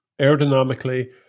Aerodynamically